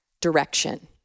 direction